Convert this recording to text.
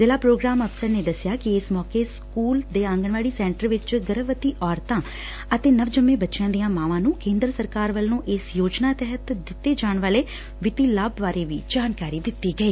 ਜ਼ਿਲੂਾ programme ਅਫਸਰ ਨੇ ਦਸਿਆ ਕਿ ਇਸ ਮੌਕੇ ਸਕੁਲ ਦੇ ਆਗਣਵਾਤੀ ਸੈ ਟਰ ਵਿਚ ਗਰਭਵਤੀ ਔਰਤਾਂ ਅਤੇ ਨਵਜੰਮੇ ਬੱਚਿਆਂ ਦੀਆਂ ਮਾਵਾਂ ਨੂੰ ਕੇਂਦਰ ਸਰਕਾਰ ਵੱਲੋਂ ਇਸ ਯੋਜਨਾ ਤਹਿਤ ਦਿੱਤੇ ਜਾਣ ਵਾਲੇ ਵਿੱਤੀ ਲਾਭ ਬਾਰੇ ਜਾਣਕਾਰੀ ਦਿੱਤੀ ਗਈ